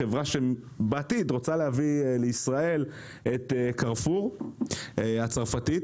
החברה שבעתיד רוצה להביא לישראל את "קרפור" הצרפתית,